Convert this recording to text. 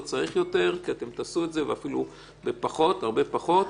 צריך יותר כי אתם תעשו את זה ואפילו בהרבה פחות.